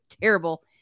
terrible